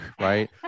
right